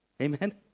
Amen